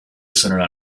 centered